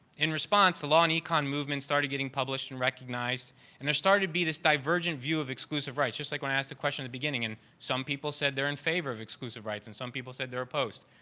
in response the law in econ movement started getting published and recognized and there started to be this divergent view of exclusive rights. just like when i asked the question at the beginning and some people said they're in favor of exclusive rights and some people said they're opposed.